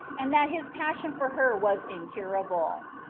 and that his passion for her was incurable.